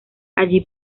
allí